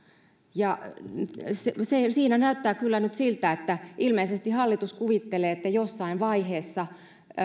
ja siinä näyttää kyllä nyt siltä että ilmeisesti hallitus kuvittelee että jossain vaiheessa